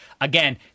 again